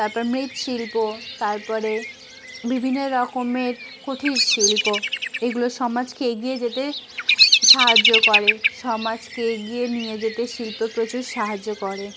তারপর মৃৎশিল্প তারপরে বিভিন্ন রকমের কুটিরশিল্প এগুলো সমাজকে এগিয়ে যেতে সাহায্য করে সমাজকে এগিয়ে নিয়ে যেতে শিল্প প্রচুর সাহায্য করে